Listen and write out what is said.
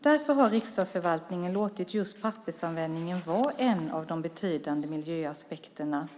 Därför har riksdagsförvaltningen låtit just pappersanvändningen vara en av de betydande miljöaspekterna.